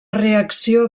reacció